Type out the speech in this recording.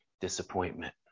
Disappointment